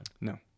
No